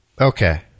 Okay